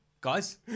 Guys